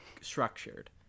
structured